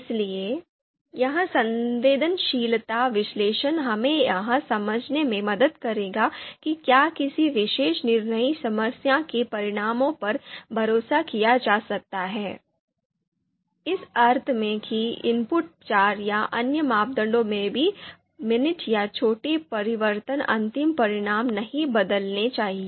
इसलिए यह संवेदनशीलता विश्लेषण हमें यह समझने में मदद करेगा कि क्या किसी विशेष निर्णय समस्या के परिणामों पर भरोसा किया जा सकता है इस अर्थ में कि इनपुट चर या अन्य मापदंडों में कोई भी मिनट या छोटे परिवर्तन अंतिम परिणाम नहीं बदलने चाहिए